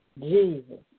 Jesus